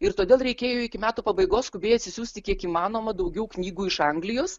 ir todėl reikėjo iki metų pabaigos skubiai atsisiųsti kiek įmanoma daugiau knygų iš anglijos